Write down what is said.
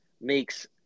makes